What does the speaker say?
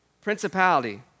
Principality